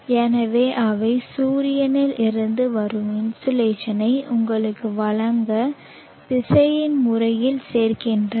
எனவே அவை சூரியனில் இருந்து வரும் இன்சோலேஷனை உங்களுக்கு வழங்க திசையன் முறையில் சேர்க்கின்றன